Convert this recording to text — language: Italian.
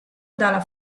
dalla